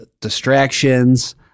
distractions